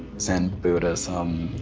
zen, buddhism,